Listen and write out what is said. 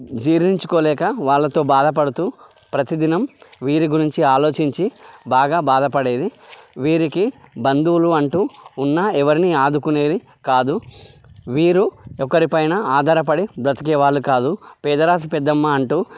జీర్ణించుకోలేక వాళ్ళతో బాధపడుతూ ప్రతిదినం వీరి గురించి ఆలోచించి బాగా బాధపడేది వీరికీ బంధువులు అంటూ ఉన్నా ఎవరినీ ఆదుకునేది కాదు వీరు ఒకరిపైన ఆధారపడి బ్రతికే వాళ్ళు కాదూ పేదరాశి పెద్దమ్మ అంటూ